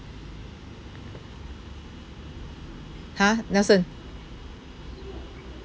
ha nelson